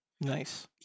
nice